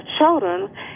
children